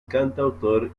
cantautor